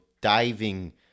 diving